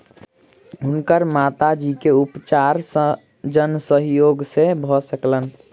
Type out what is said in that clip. हुनकर माता जी के उपचार जन सहयोग से भ सकलैन